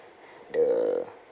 the